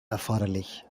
erforderlich